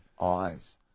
Eyes